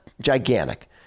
gigantic